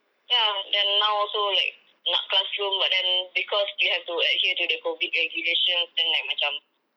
ya then now also like nak classroom but then because you have to adhere to the COVID regulations then like macam